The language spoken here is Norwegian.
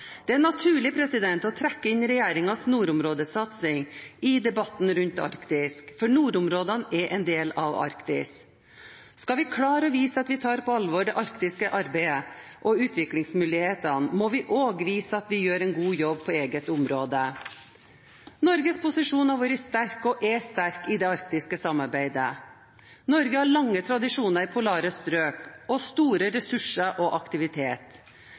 Det er naturlig å trekke inn regjeringens nordområdesatsing i debatten rundt Arktis, for nordområdene er en del av Arktis. Skal vi klare å vise at vi tar på alvor det arktiske arbeidet og utviklingsmulighetene, må vi også vise at vi selv gjør en god jobb på eget område. Norges posisjon har vært og er sterk i det arktiske samarbeidet. Norge har lange tradisjoner i polare strøk og store ressurser og aktivitet.